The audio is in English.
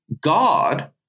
God